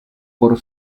por